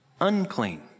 unclean